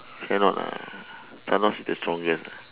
cannot lah thanos is the strongest